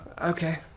Okay